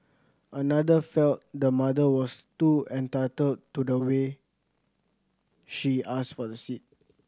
another felt the mother was too entitled to the way she asked for the seat